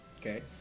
Okay